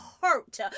hurt